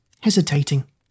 hesitating